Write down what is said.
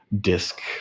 disc